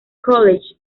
college